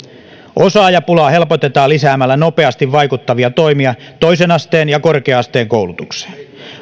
osaajapulaa helpotetaan lisäämällä nopeasti vaikuttavia toimia toisen asteen ja korkea asteen koulutukseen